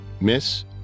miss